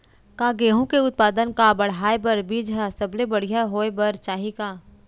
का गेहूँ के उत्पादन का बढ़ाये बर बीज ह सबले बढ़िया होय बर चाही का?